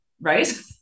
Right